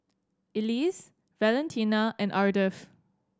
Elise Valentina and Ardeth